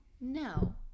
No